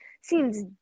seems